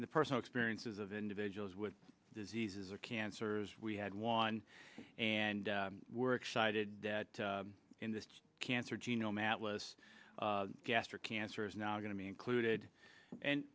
that the personal experiences of individuals with diseases or cancers we had one and we're excited that in this cancer genome atlas gastric cancer is now going to be included and